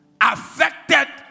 affected